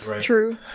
True